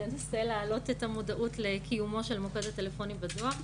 לנסות להעלות את המודעות למוקד הטלפוני בדואר.